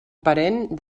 parent